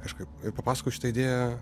kažkaip ir papasakojau šitą idėją